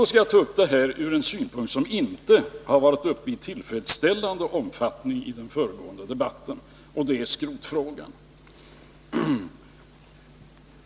Nu skall jag ta upp en fråga som inte har berörts i tillfredsställande omfattning i den föregående debatten, nämligen skrotfrågan.